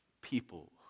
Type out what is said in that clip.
people